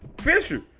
Fisher